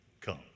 come